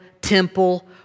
temple